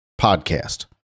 podcast